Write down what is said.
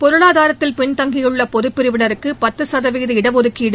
பொருளாதாரத்தில் பின்தங்கியுள்ள பொதுப் பிரிவினருக்கு பத்து சதவீத இடஒதுக்கீடு